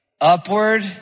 Upward